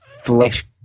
flesh